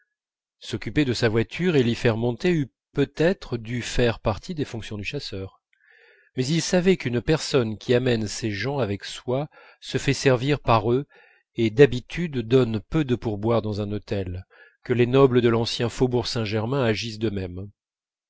s'occuper de sa voiture et l'y faire monter eût peut-être dû faire partie des fonctions du chasseur mais il savait d'une part qu'une personne qui amène ses gens avec soi se fait servir par eux et d'habitude donne peu de pourboires dans un hôtel que les nobles de l'ancien faubourg saint-germain agissent